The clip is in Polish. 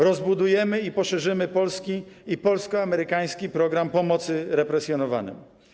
Rozbudujemy i poszerzymy polski i polsko-amerykański program pomocy represjonowanym.